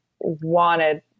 wanted